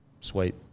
sweet